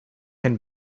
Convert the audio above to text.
can